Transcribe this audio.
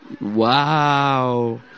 Wow